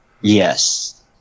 Yes